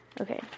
Okay